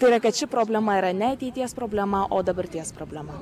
tai yra kad ši problema yra ne ateities problema o dabarties problema